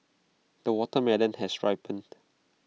the watermelon has ripened